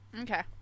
Okay